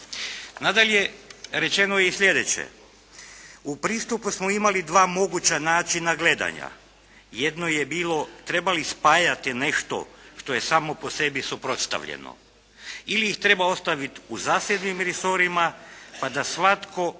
Nadalje, rečeno je i sljedeće. U pristupu smo imali dva moguća načina gledanja, jedno je bilo treba li spajati nešto što je samo po sebi suprotstavljeno ili ih treba ostaviti u zasebnim resorima da se svatko za